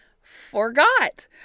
forgot